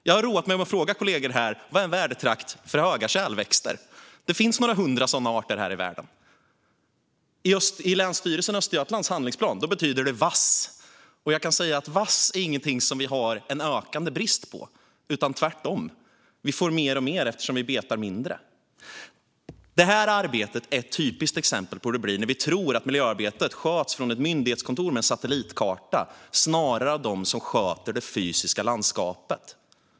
Jag har roat mig med att fråga kollegor här: Vad är en värdetrakt för höga kärlväxter? Det finns några hundra sådana arter här i världen. I Länsstyrelsen i Östergötlands handlingsplan betyder det vass. Jag kan säga att vass inte är någonting som vi har en ökande brist på. Tvärtom - vi får mer och mer, eftersom det betas mindre. Detta arbete är ett typiskt exempel på hur det blir när vi tror att miljöarbetet sköts från ett myndighetskontor med en satellitkarta snarare än av dem som sköter det fysiska landskapet.